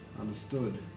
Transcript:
Understood